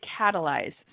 catalyze